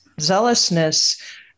zealousness